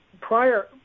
prior –